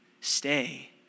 Stay